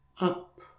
up